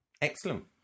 Excellent